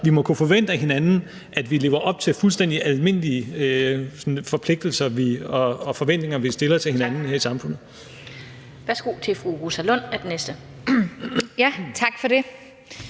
Vi må kunne forvente af hinanden, at vi lever op til sådan fuldstændig almindelige forpligtelser, vi har, og forventninger, vi stiller til hinanden her i samfundet.